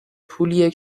پولیه